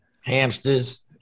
Hamsters